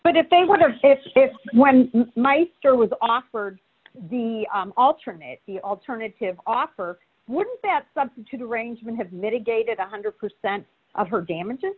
but if they want to if when my sister was offered the alternate the alternative offer wouldn't that substitute arrangement have mitigated one hundred percent of her damages